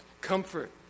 comfort